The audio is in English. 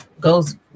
goes